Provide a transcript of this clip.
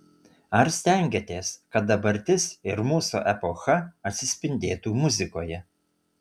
ar stengiatės kad dabartis ir mūsų epocha atsispindėtų muzikoje